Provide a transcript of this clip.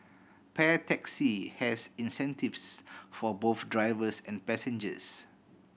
Pair Taxi has incentives for both drivers and passengers